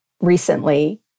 recently